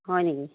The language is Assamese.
হয় নেকি